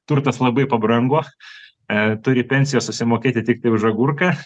turtas labai pabrango e turi pensijos susimokėti tiktai už agurką